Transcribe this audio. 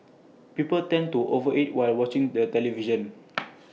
people tend to over eat while watching the television